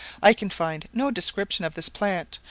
i can find no description of this plant,